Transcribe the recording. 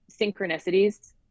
synchronicities